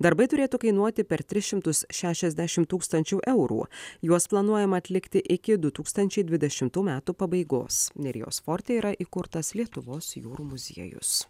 darbai turėtų kainuoti per tris šimtus šešiasdešim tūkstančių eurų juos planuojama atlikti iki du tūkstančiai dvidešimtų metų pabaigos nerijos forte yra įkurtas lietuvos jūrų muziejus